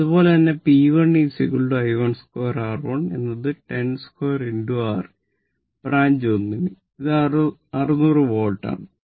അതുപോലെ തന്നെ P 1 I 12 R 1 എന്നത് 10 2 6 ബ്രാഞ്ച് 1 ന് ഇത് 600 വാട്ട് ആണ്